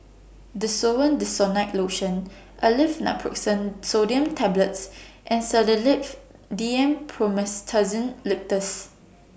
Desowen Desonide Lotion Aleve Naproxen Sodium Tablets and Sedilix D M Promethazine Linctus